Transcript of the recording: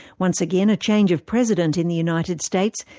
once again, a change of president in the united states,